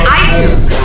iTunes